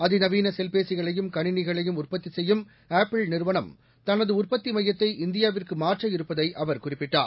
அதிநவீன செல்பேசிகளையும் கனிணிகளையும் உற்பத்தி செய்யும் ஆப்பிள் நிறுவனம் தனது உற்பத்தி மையத்தை இந்தியாவுக்கு மாற்றவிருப்பதை அவர் குறிப்பிட்டார்